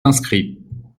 inscrits